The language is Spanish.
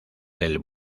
del